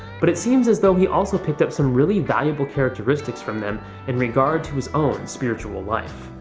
but it seems as though he also picked up some really valuable characteristics from them in regard to his own spiritual life.